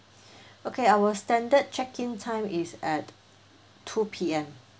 okay our standard check-in time is at two P_M